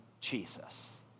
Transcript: Jesus